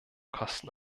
kosten